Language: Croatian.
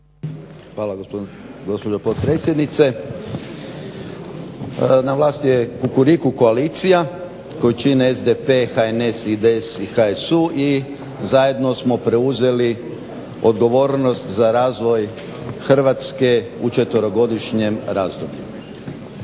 Hvala gospođo potpredsjednice. Na vlasti je Kukuriku koalicija koju čine SDP, HNS, IDS i HSU i zajedno smo preuzeli odgovornost za razvoj Hrvatske u četverogodišnjem razdoblju.